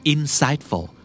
Insightful